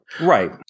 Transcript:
Right